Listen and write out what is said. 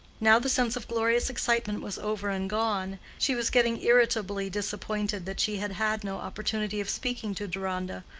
now the sense of glorious excitement was over and gone, she was getting irritably disappointed that she had had no opportunity of speaking to deronda,